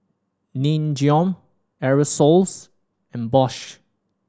Nin Jiom Aerosoles and Bosch